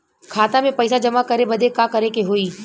खाता मे पैसा जमा करे बदे का करे के होई?